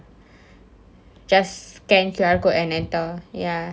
just scan Q_R code and enter ya